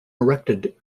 erected